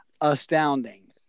astounding